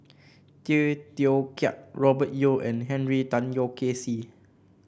Tay Teow Kiat Robert Yeo and Henry Tan Yoke See